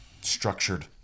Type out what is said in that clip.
structured